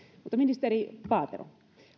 ministeri paatero